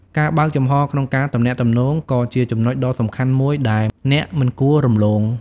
ការបើកចំហរក្នុងការទំនាក់ទំនងក៏ជាចំណុចដ៏សំខាន់មួយដែលអ្នកមិនគួររំលង។